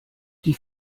die